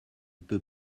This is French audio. peut